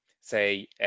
say